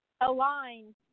aligned